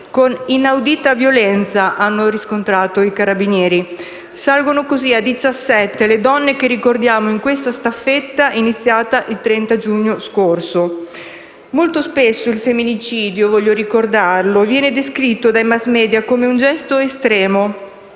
(con inaudita violenza, hanno riscontrato i Carabinieri). Salgono così a 17 le donne che ricordiamo in questa staffetta, iniziata il 30 giugno scorso. Molto spesso il femminicidio, voglio ricordarlo, viene descritto dai *mass media* come un gesto estremo,